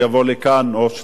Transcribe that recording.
או שתהיה לנו התייחסות,